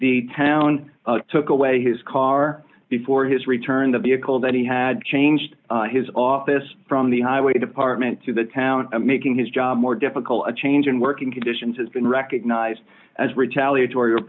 the town took away his car before his return to be a call that he had changed his office from the highway department to the town making his job more difficult a change in working conditions has been recognized as retaliatory